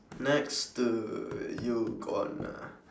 next to you gonna